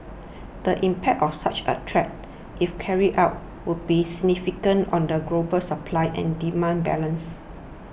the impact of such a threat if carried out would be significant on the global supply and demand balance